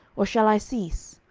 or shall i cease?